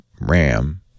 RAM